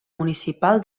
municipal